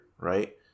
right